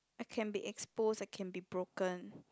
I can be exposed I can broken